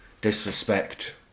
disrespect